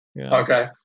Okay